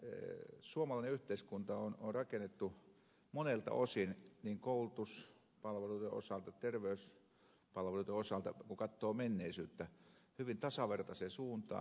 nimittäin suomalainen yhteiskunta on rakennettu monelta osin niin koulutuspalveluiden osalta kuin terveyspalveluiden osalta kun katsoo menneisyyttä hyvin tasavertaiseen suuntaan